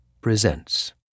presents